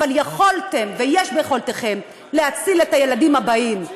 אבל יכולתם ויש ביכולתכם להציל את הילדים הבאים.